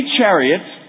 chariots